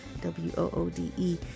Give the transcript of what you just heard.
W-O-O-D-E